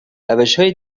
روشهای